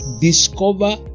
discover